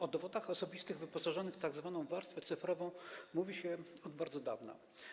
O dowodach osobistych wyposażonych w tzw. warstwę cyfrową mówi się od bardzo dawna.